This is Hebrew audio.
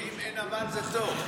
אם אין "אבל" זה טוב.